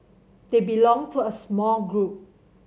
they belong to a small group